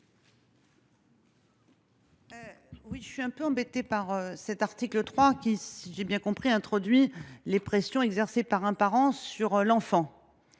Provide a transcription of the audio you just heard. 3. Je suis un peu embêtée par cet article 3, qui, si j’ai bien compris, introduit les pressions exercées par un parent sur l’enfant.